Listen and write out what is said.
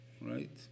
right